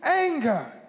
anger